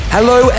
Hello